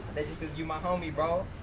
you my homey though.